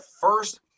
first